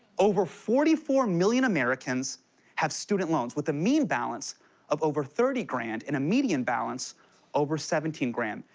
over forty four million americans have student loans, with a mean balance of over thirty grand and a median balance over seventeen grand.